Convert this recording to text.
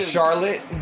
Charlotte